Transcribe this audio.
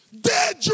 Dead